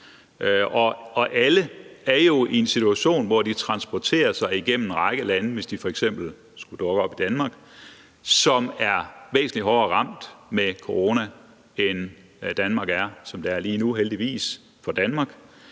alle er jo i en situation, hvor de transporterer sig igennem en række lande, hvis de f.eks. skulle dukke op i Danmark, og de lande er væsentlig hårdere ramt af corona end Danmark er, som det er lige nu, heldigvis for Danmark.